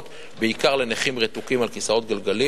בעיקר לנכים רתוקים, על כיסאות גלגלים,